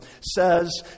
says